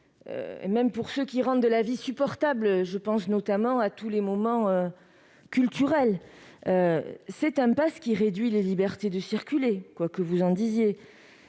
même ceux qui rendent la vie supportable- je pense notamment à tous les moments culturels. Il réduit la liberté de circuler, quoi que vous en disiez.